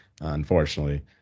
unfortunately